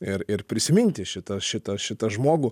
ir ir prisiminti šitą šitą šitą žmogų